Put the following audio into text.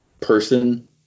person